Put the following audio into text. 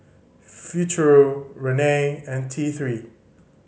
Futuro Rene and T Three